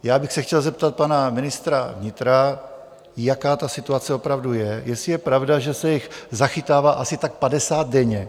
Já bych se chtěl zeptat pana ministra vnitra, jaká ta situace opravdu je, jestli je pravda, že se jich zachytává asi tak 50 denně.